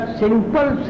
simple